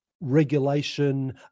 regulation